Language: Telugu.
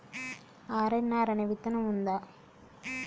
ఆర్.ఎన్.ఆర్ అనే విత్తనం ఉందా?